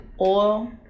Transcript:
Oil